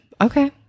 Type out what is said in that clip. okay